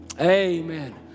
Amen